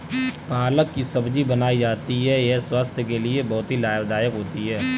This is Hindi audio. पालक की सब्जी बनाई जाती है यह स्वास्थ्य के लिए बहुत ही लाभदायक होती है